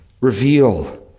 reveal